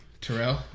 Terrell